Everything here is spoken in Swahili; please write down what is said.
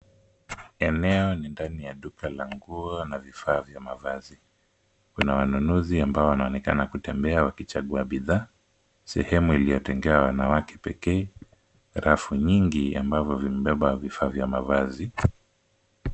Eneo ni ndani ya duka la nguo na vifaa vya mavazi , kuna wanunuzi ambao wanaonekana kutembea wakichagua bidhaa sehemu iliyotengewa wanawake pekee , rafu nyingi ambavyo vimebeba vifaa vya mavazi.